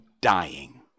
dying